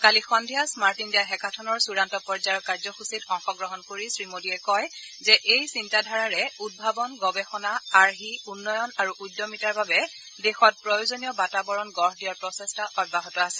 কালি সদ্ধিয়া smart India হেকাথনৰ চূড়ান্ত পৰ্যায়ৰ কাৰ্যসূচীত অংশগ্ৰহণ কৰি শ্ৰী মোডীয়ে কয় যে এই চিন্তাধাৰাৰে উদ্ভাৱন গৱেষণা আৰ্হি উন্নয়ন আৰু উদ্যমিতাৰ বাবে দেশত প্ৰয়োজনীয় বাতাবৰণ গঢ় দিয়াৰ প্ৰচেষ্টা অব্যাহত আছে